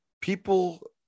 people